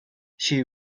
she